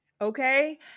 Okay